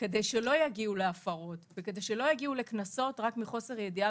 כדי שלא יגיעו להפרות וכדי שלא יגיעו לקנסות רק מחוסר ידיעה